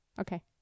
okay